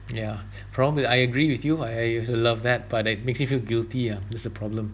ya problem is I agree with you I also love that but it makes you feel guilty ah that's the problem